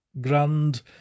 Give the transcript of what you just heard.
Grand